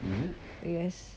I guess